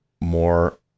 more